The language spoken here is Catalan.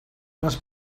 les